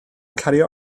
cario